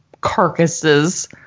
carcasses